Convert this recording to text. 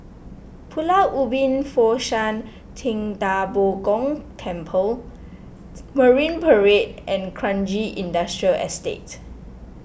Pulau Ubin Fo Shan Ting Da Bo Gong Temple Marine Parade and Kranji Industrial Estate